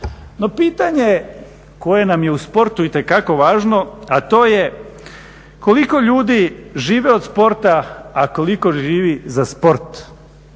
No pitanje koje nam je u sportu itekako važno a to koliko ljudi žive od sporta a koliko živi za sport.